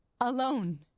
alone